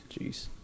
Jeez